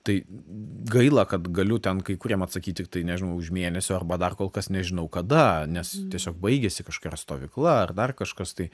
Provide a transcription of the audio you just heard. tai gaila kad galiu ten kai kuriem atsakyt tiktai nežinau už mėnesio arba dar kol kas nežinau kada nes tiesiog baigėsi kažkokia stovykla ar dar kažkas tai